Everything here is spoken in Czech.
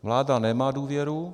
Vláda nemá důvěru.